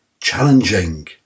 challenging